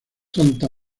santa